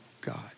God